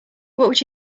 would